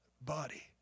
body